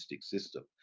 system